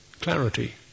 clarity